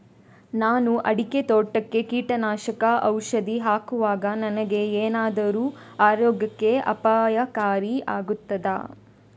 ನಾನು ಅಡಿಕೆ ತೋಟಕ್ಕೆ ಕೀಟನಾಶಕ ಔಷಧಿ ಹಾಕುವಾಗ ನನಗೆ ಏನಾದರೂ ಆರೋಗ್ಯಕ್ಕೆ ಅಪಾಯಕಾರಿ ಆಗುತ್ತದಾ?